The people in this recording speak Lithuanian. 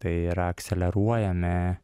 tai yra akseleruojame